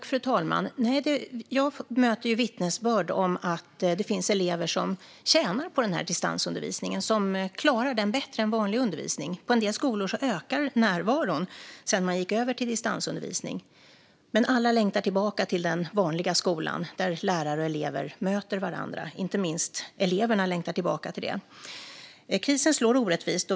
Fru talman! Jag möter vittnesbörd om att det finns elever som tjänar på distansundervisningen och klarar den bättre än vanlig undervisning. På en del skolor ökar närvaron sedan man gick över till distansundervisning. Men alla längtar tillbaka till den vanliga skolan, där lärare och elever möter varandra. Inte minst eleverna längtar tillbaka till detta. Krisen slår orättvist.